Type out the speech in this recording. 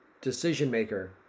decision-maker